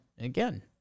again